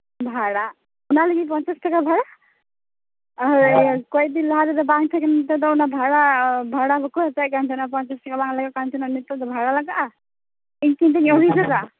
ᱵᱷᱟᱲᱟ ᱚᱱᱟ ᱞᱟᱹᱜᱤᱫ ᱯᱚᱧᱪᱟᱥ ᱴᱟᱠᱟ ᱵᱷᱟᱲᱟ ᱦᱳᱭ ᱠᱚᱭᱮᱠ ᱫᱤᱱ ᱞᱟᱦᱟ ᱨᱮᱫᱚ ᱵᱟᱝ ᱛᱟᱦᱮᱠᱟᱱᱟ ᱱᱤᱛᱳᱜ ᱫᱚ ᱚᱱᱟ ᱵᱟᱲᱟ ᱵᱷᱟᱲᱟ ᱵᱟᱠᱚ ᱦᱟᱛᱟᱣᱮᱫ ᱠᱟᱱ ᱛᱟᱦᱮᱱᱟ ᱯᱚᱧᱪᱟᱥ ᱴᱟᱠᱟ ᱵᱟᱝ ᱞᱟᱜᱟᱜ ᱠᱟᱱ ᱛᱟᱦᱮᱱᱟ ᱱᱤᱛᱳᱜ ᱫᱚ ᱵᱷᱟᱲᱟ ᱞᱟᱜᱟᱜᱼᱟ ᱤᱧ ᱠᱤᱱᱛᱩ ᱧᱟᱢᱤᱧ ᱥᱮ ᱵᱟᱝ